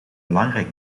belangrijk